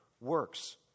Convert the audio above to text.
works